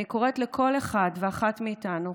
אני קוראת לכל אחד ואחת מאיתנו,